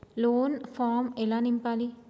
Loan form ఎలా నింపాలి?